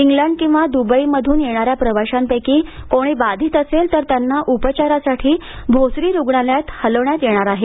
England किवा द्बईमधून येणाऱ्या प्रवाशांपेकी कोणी बाधित असेल तर त्यांना उपचारासाठी भोसरी रुग्णालयात हलवण्यात येणार आहे